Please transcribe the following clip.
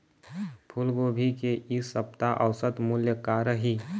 फूलगोभी के इ सप्ता औसत मूल्य का रही?